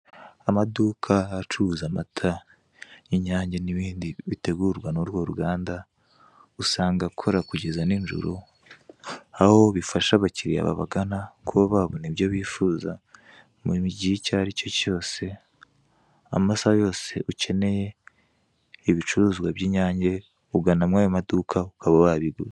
Amaduka acuruza amata y'Inyange n'ibindi bitegurwa n'urwo ruganda usanga akora kugeza ninjoro aho bifasha abakiriya babagana kuba babona ibyo bifuza mu gihe icyo aricyo cyose amasaha yose ukeneye ibicuruzwa by'Inyange ugana mw'ayo maduka ukaba wabigura.